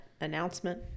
announcement